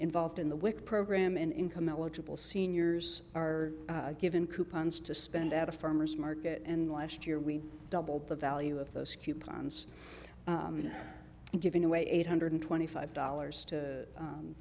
involved in the wic program and income eligible seniors are given coupons to spend at a farmer's market and last year we doubled the value of those coupons you know giving away eight hundred twenty five dollars to